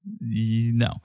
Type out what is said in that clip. No